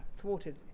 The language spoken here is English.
thwarted